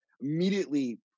Immediately